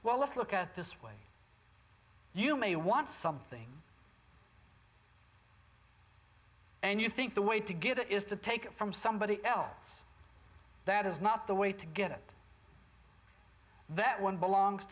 well let's look at this way you may want something and you think the way to get it is to take it from somebody else that is not the way to get it that one belongs